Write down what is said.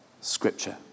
scripture